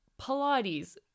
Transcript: Pilates